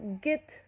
get